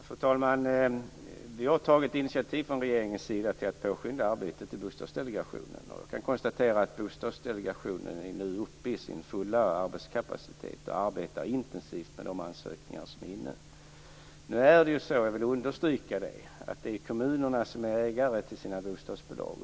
Fru talman! Från regeringens sida har vi tagit initiativ till att påskynda arbetet i Bostadsdelegationen. Jag kan konstatera att Bostadsdelegationen nu så att säga är uppe i sin fulla arbetskapacitet och arbetar intensivt med de ansökningar som inkommit. Jag vill understryka att det är kommunerna som är ägare till sina bostadsbolag.